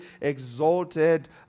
exalted